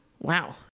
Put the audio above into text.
Wow